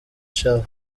charles